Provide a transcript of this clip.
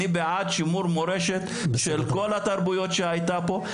אני בעד שימור מורשת של כל התרבויות שהיו פה.